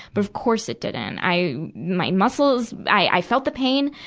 but of course it didn't. i, my muscles, i felt the pain.